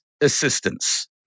assistance